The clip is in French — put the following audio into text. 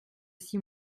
six